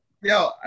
Yo